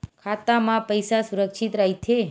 खाता मा पईसा सुरक्षित राइथे?